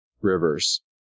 rivers